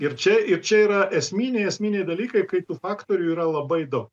ir čia ir čia yra esminiai esminiai dalykai kai tų faktorių yra labai daug